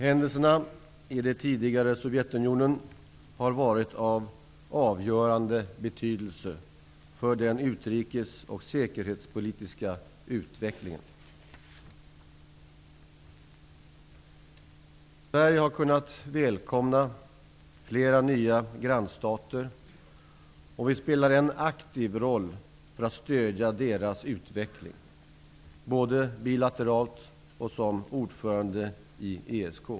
Händelserna i det tidigare Sovjetunionen har varit av avgörande betydelse för den utrikes och säkerhetspolitiska utvecklingen. Sverige har kunnat välkomna flera nya grannstater, och vårt land spelar en aktiv roll för att stödja deras utveckling, både bilateralt och som ordförandeland i ESK.